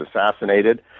assassinated